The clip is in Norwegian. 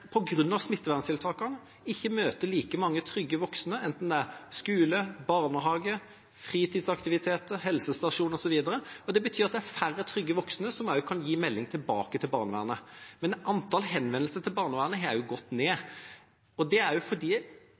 møter like mange trygge voksne, enten det er på skolen, i barnehagen, på fritidsaktiviteter, på helsestasjonen e.l. Det betyr at det er færre trygge voksne som kan gi melding tilbake til barnevernet. Antallet henvendelser til barnevernet har gått ned. Det tror jeg er fordi